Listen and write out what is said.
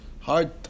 hard